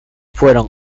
fueron